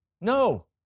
No